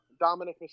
Dominic